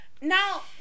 Now